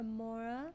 amora